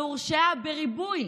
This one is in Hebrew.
והורשעה בריבוי,